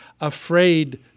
afraid